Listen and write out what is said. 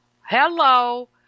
Hello